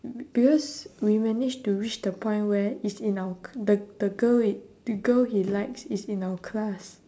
be~ because we manage to reach the point where it's in our cl~ the the girl it the girl he likes is in our class